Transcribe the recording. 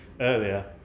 earlier